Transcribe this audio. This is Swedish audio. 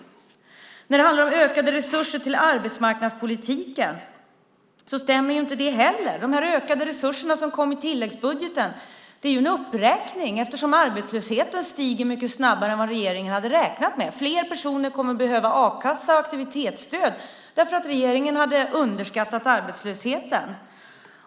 När det handlar om ökade resurser till arbetsmarknadspolitiken stämmer inte det heller. De här ökade resurserna, som kom i tilläggsbudgeten, är en uppräkning, eftersom arbetslösheten stiger mycket snabbare än vad regeringen hade räknat med. Fler personer kommer att behöva a-kassa och aktivitetsstöd därför att regeringen hade underskattat arbetslösheten.